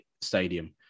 stadium